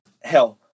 hell